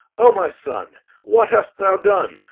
o my son what hast thou done?